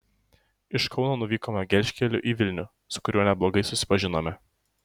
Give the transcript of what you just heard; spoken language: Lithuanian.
iš kauno nuvykome gelžkeliu į vilnių su kuriuo neblogai susipažinome